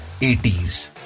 80s